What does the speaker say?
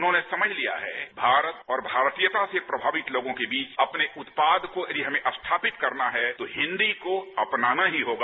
उन्होंने समझ लिया है कि भारत और भारतीयता से प्रभावित लोगों के बीच अपने उत्याद को यदि हमें स्थापित करना है तो हिंदी को अपनाना ही होगा